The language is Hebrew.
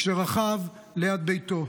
כשרכב ליד ביתו.